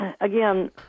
again